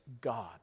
God